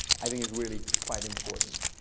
i mean is really quite important.